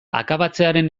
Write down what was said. akabatzearen